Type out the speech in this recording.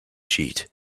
sheet